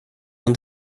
han